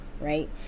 right